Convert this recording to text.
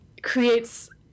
creates